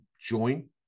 join